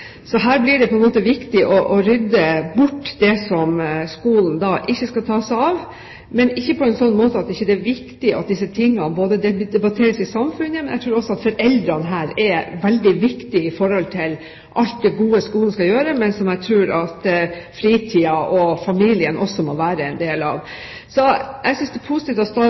Så her blir det viktig å rydde bort det som skolen ikke skal ta seg av, men ikke på en slik måte at det ikke er viktig at disse tingene debatteres i samfunnet. Jeg tror imidlertid også at foreldrene her er veldig viktig i forhold til alt det gode skolen skal gjøre, men som jeg tror at fritiden og familien også må være en del av. Så jeg synes det er positivt at